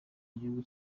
igihugu